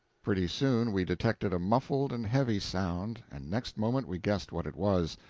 pretty soon we detected a muffled and heavy sound, and next moment we guessed what it was.